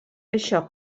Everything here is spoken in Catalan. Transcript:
això